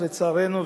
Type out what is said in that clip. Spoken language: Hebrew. לצערנו,